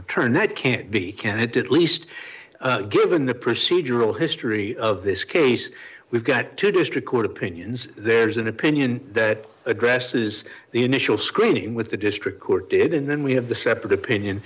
return that can't be candidate least given the procedural history of this case we've got two district court opinions there's an opinion that addresses the initial screening with the district court did and then we have the separate opinion